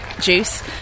juice